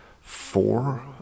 four